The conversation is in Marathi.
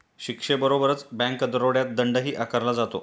शिक्षेबरोबरच बँक दरोड्यात दंडही आकारला जातो